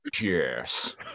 yes